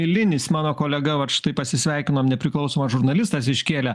milinis mano kolega vat štai pasisveikinom nepriklausomas žurnalistas iškėlė